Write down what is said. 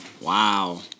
Wow